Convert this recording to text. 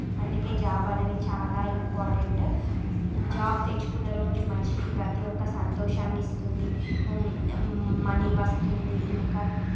అందుకే జాబ్ అనేవి చాలా ఇంపార్టెంట్ జాబ్ తెచ్చుకున్న రోజు మనిషికి ప్రతి ఒక సంతోషాన్ని ఇస్తుంది మనీ వస్తుంది ఇంకా